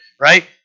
Right